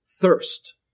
thirst